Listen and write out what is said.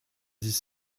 dix